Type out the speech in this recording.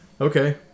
Okay